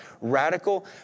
radical